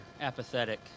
apathetic